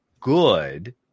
good